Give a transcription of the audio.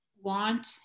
want